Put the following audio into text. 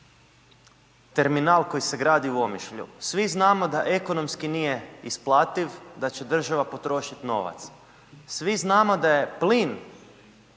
terminal koji se gradi u Omišlju, svi znamo da ekonomski nije isplativ, da će država potrošit novac, svi znamo da je plin